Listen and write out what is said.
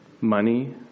money